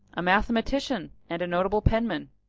a mathematician and a notable penman.